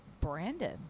Brandon